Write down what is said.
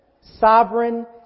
sovereign